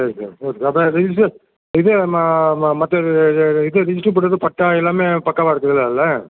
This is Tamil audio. சரி சார் ஓகே அப்போ ரிஜிஸ்டரு இதை மற்ற இது ரிஜிஸ்டரு பண்ணுறது பட்டா எல்லாமே பக்காவாக எடுத்துக்கலாம்ல